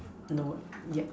no yup